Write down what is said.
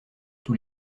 tous